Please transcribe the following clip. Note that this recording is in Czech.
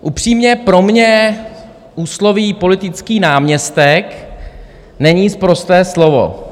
Upřímně pro mě úsloví politický náměstek není sprosté slovo.